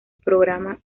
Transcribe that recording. programa